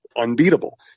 unbeatable